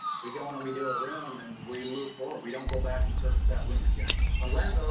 we go in and we do a room and we move forward. we don't go back and service that room again, unless